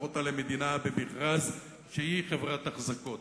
אותה למדינה במכרז שהיא חברת אחזקות.